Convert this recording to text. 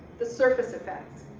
the surface effects.